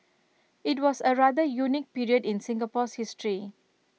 IT was A rather unique period in Singapore's history